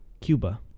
Cuba